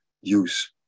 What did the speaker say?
use